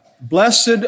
Blessed